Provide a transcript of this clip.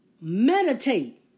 meditate